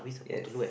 yes